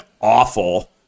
awful